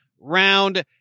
round